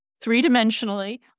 three-dimensionally